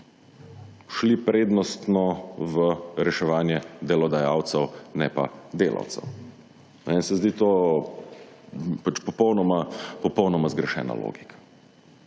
šli prednostno v reševanje delodajalcev, ne pa delavcev. Meni se zdi to pač popolnoma zgrešena logika.